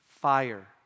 fire